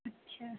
अच्छा